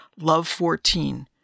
LOVE14